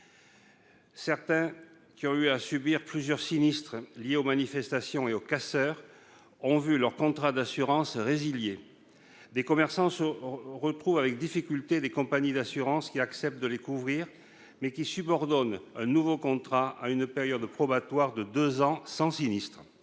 Certains, qui ont eu à subir plusieurs sinistres liés aux manifestations et aux casseurs, ont vu leur contrat d'assurance résilié. Ces commerçants retrouvent avec difficulté des compagnies d'assurances qui acceptent de les couvrir, ces dernières subordonnant le nouveau contrat à une période probatoire de deux ans sans sinistre.